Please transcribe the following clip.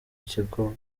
kigo